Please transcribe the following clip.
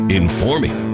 informing